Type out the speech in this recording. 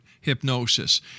hypnosis